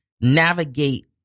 navigate